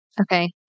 Okay